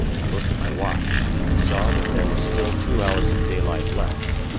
i looked at my watch and saw that there was still two hours of daylight left,